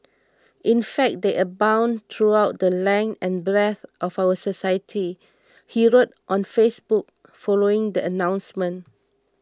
in fact they abound throughout the length and breadth of our society he wrote on Facebook following the announcement